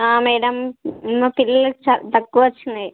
madam మా పిల్లలకి చాలా తక్కువ వచ్చినాయి